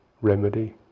remedy